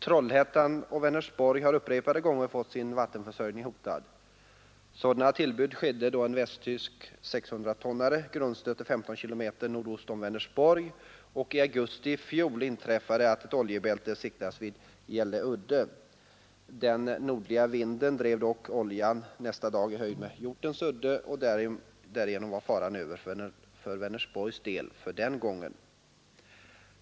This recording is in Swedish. Trollhättan och Vänersborg har upprepade gånger fått sin vattenförsörjning hotad. Sådana tillbud skedde då en västtysk 600-tonnare grundstötte 15 km nordost om Vänersborg, och i augusti i fjol inträffade att ett oljebälte siktades vid Gälleudde. Den nordliga vinden drev dock oljan nästa dag i höjd med Hjortens udde, och därigenom var faran för Vänersborg över för denna gång.